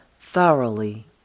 thoroughly